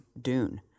Dune